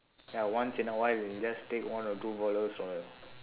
ya once in a while he will just take one or two followers